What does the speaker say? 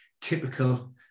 typical